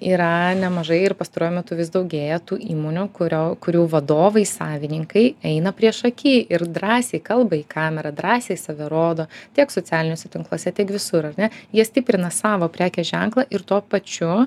yra nemažai ir pastaruoju metu vis daugėja tų įmonių kurio kurių vadovai savininkai eina priešaky ir drąsiai kalba į kamerą drąsiai save rodo tiek socialiniuose tinkluose tiek visur ar ne jie stiprina savo prekės ženklą ir tuo pačiu